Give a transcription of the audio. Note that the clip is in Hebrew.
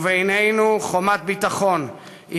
ובינינו חומת ביטחון.